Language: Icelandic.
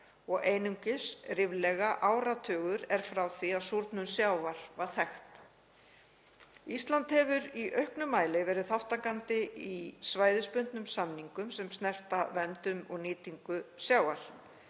og einungis ríflega áratugur er frá því að súrnun sjávar varð þekkt. Ísland hefur í auknum mæli verið þátttakandi í svæðisbundnum samningum sem snerta verndun og nýtingu sjávar.